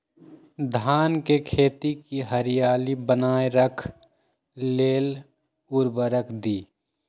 धान के खेती की हरियाली बनाय रख लेल उवर्रक दी?